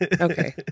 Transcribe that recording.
okay